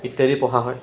ইত্যাদি পঢ়া হয়